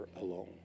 alone